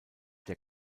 der